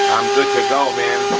good to go man.